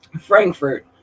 Frankfurt